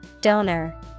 Donor